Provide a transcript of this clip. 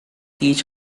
each